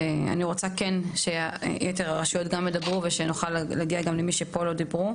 אבל אני כן רוצה לשמוע גם את יתר הרשויות וגם את מי שפה ועוד לא דיבר.